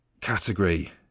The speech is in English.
category